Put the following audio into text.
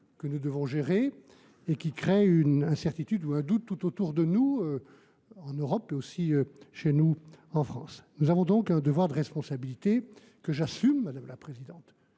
que nous devons gérer et qui crée une incertitude, un doute, tout autour de nous, en Europe, et aussi chez nous. Or nous avons un devoir de responsabilité, que j’assume, madame la présidente,